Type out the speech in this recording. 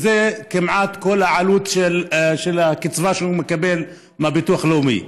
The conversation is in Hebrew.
שזה כמעט כל העלות של הקצבה שהוא מקבל מביטוח לאומי.